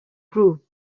group